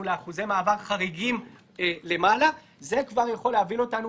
לאחוזי מעבר חריגים למעלה זה כבר יכול להוביל אותנו